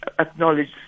Acknowledge